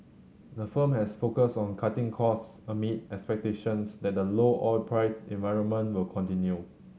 the firm has focused on cutting costs amid expectations that the low oil price environment will continue